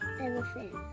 Elephant